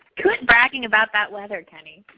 quit bragging about that weather, kenny.